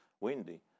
windy